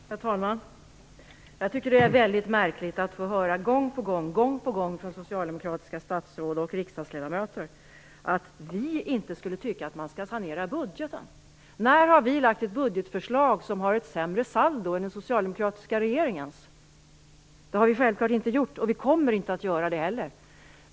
Herr talman! Jag tycker det är väldigt märkligt att man gång på gång får höra från socialdemokratiska statsråd och riksdagsledamöter att vi inte skulle tycka att man skall sanera budgeten. När har vi lagt fram ett budgetförslag med ett sämre saldo än den socialdemokratiska regeringens? Det har vi självklart inte gjort, och vi kommer inte att göra det heller.